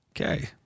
Okay